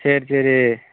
சரி சரி